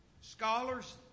Scholars